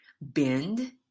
Bend